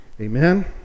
Amen